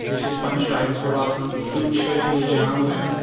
بیٚیہِ چھِ أسۍ پَنٕنِس ٹایمَس پٮ۪ٹھ واتان کُنہِ جایہِ چھِ نہٕ أسۍ جام وٕچھان